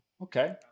Okay